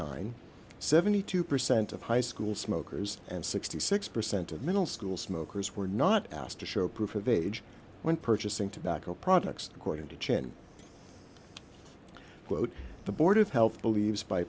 and seventy two percent of high school smokers and sixty six percent of middle school smokers were not asked to show proof of age when purchasing tobacco products according to chen quote the board of health believes by